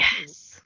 yes